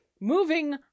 moving